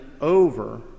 over